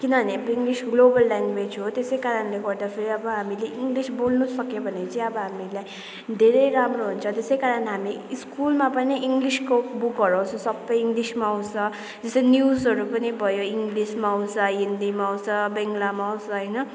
किनभने English global language हो त्यसै कारणले गर्दाफेरि अब हामीले इङ्लिस बोल्नु सक्यो भने चाहिँ अब हामीलाई धेरै राम्रो हुन्छ त्यसै कारण हामी स्कुलमा पनि इङ्लिसको बुकहरू आउँछ सबै इङ्लिसमा आउँछ जस्तै न्युजहरू पनि भयो इङ्लिसमा आउँछ हिन्दीमा आउँछ बङ्गलामा आउँछ होइन